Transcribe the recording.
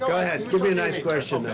go ahead. give me a nice question.